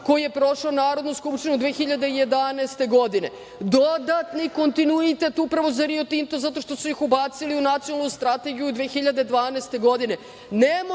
koji je prošao Narodnu skupštinu 2011. godine, dodatni kontinuitet upravo za Rio Tinto zato što su ih ubacili u Nacionalnu strategiju 2012. godine.